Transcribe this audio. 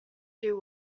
doo